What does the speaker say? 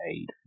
eight